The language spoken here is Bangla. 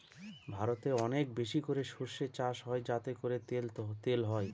ভারতে অনেক বেশি করে সর্ষে চাষ হয় যাতে করে তেল হয়